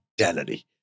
identity